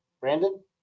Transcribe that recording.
Brandon